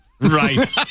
Right